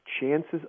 Chances